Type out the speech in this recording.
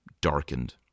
darkened